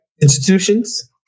Institutions